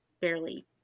barely